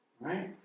Right